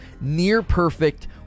near-perfect